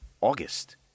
August